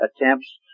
attempts